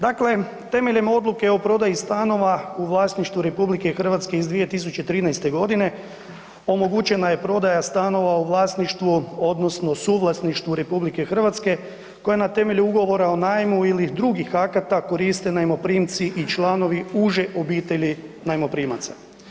Dakle, temeljem Odluke o prodaji stanova u vlasništvu RH iz 2013. g. omogućena je prodaja stanova u vlasništvu, odnosno suvlasništvu RH koja na temelju ugovora o najmu ili drugih akata koriste najmoprimci i članovi uže obitelji najmoprimaca.